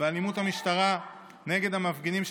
ואלימות המשטרה נגד המפגינים.